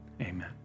amen